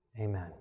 amen